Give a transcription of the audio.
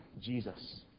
Jesus